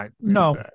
No